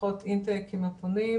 שיחות אינטק עם הפונים,